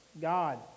God